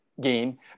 gain